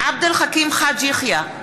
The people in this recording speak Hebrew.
עבד אל חכים חאג' יחיא,